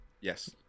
Yes